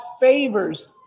favors